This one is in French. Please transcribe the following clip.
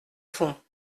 fond